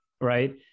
right